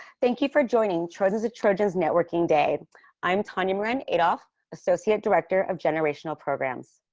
thank you for joining chosen to trojans networking day i'm tonya moran eight off associate director of generational programs.